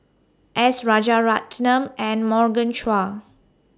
S Rajaratnam and Morgan Chua